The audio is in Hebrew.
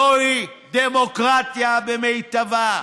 זוהי דמוקרטיה במיטבה.